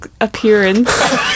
appearance